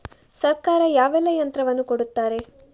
ಸರ್ಕಾರ ಯಾವೆಲ್ಲಾ ಯಂತ್ರವನ್ನು ಕೊಡುತ್ತಾರೆ?